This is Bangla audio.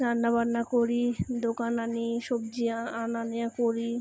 রান্না বান্না করি দোকান আনি সবজি আনা নেওয়া করি